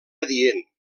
adient